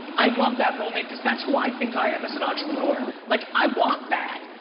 i love that moment cause that's who i think i am as an entrepreneur. like i want bad.